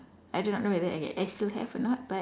I do not know whether I get I still have or not but